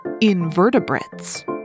invertebrates